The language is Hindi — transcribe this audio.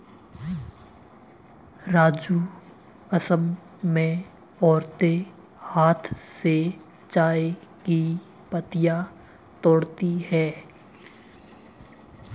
राजू असम में औरतें हाथ से चाय की पत्तियां तोड़ती है